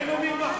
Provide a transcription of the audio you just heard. עם אמיר מח'ול,